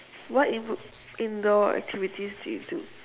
what in~ indoor activities do you do